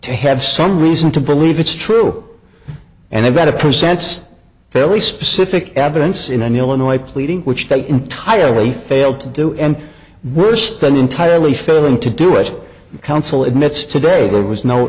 to have some reason to believe it's true and i bet it presents very specific evidence in an illinois pleading which they entirely failed to do and worse than entirely failing to do it counsel admits today there was no